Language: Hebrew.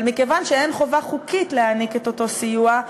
אבל מכיוון שאין חובה חוקית להעניק את אותו סיוע,